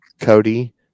Cody